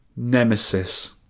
nemesis